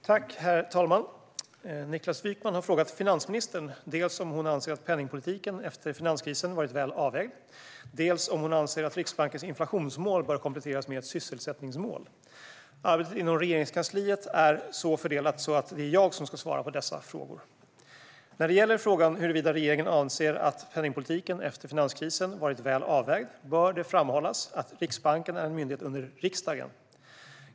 Herr talman! Niklas Wykman har frågat finansministern dels om hon anser att penningpolitiken efter finanskrisen varit väl avvägd, dels om hon anser att Riksbankens inflationsmål bör kompletteras med ett sysselsättningsmål. Arbetet inom Regeringskansliet är så fördelat att det är jag som ska svara på dessa frågor. Svar på interpellationer När det gäller frågan huruvida regeringen anser att penningpolitiken efter finanskrisen varit väl avvägd bör det framhållas att Riksbanken är en myndighet under riksdagen.